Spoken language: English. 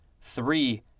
three